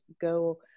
go